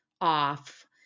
off